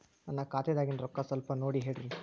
ನನ್ನ ಖಾತೆದಾಗಿನ ರೊಕ್ಕ ಸ್ವಲ್ಪ ನೋಡಿ ಹೇಳ್ರಿ